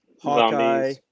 Hawkeye